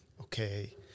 Okay